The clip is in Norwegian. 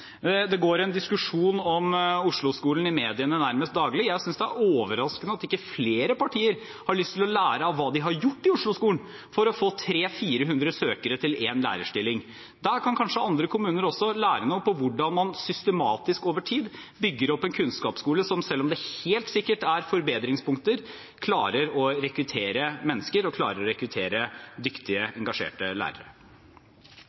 Det går en diskusjon om Oslo-skolen i mediene nærmest daglig. Jeg synes det er overraskende at ikke flere partier har lyst til å lære av hva de har gjort i Oslo-skolen for å få 300–400 søkere til én lærerstilling. Der kan kanskje andre kommuner også lære noe om hvordan man systematisk, over tid bygger opp en kunnskapsskole som, selv om det helt sikkert er forbedringspunkter, klarer å rekruttere mennesker, og klarer å rekruttere dyktige, engasjerte lærere.